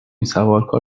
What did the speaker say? سوارکار